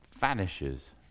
vanishes